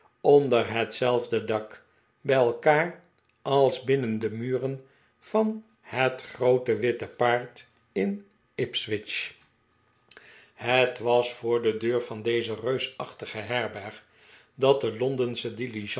onder hetzelfde dak bij elkaar als binnen de muren van het groote witte paard in ipswich het was voor de deur van deze reusachtige herberg dat de londensche